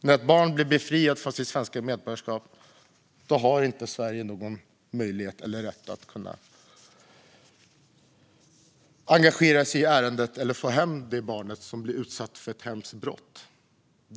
Om ett barn befriats från sitt svenska medborgarskap har Sverige inte någon möjlighet eller rätt att engagera sig i ärendet eller få hem ett barn som blivit utsatt för ett hemskt brott.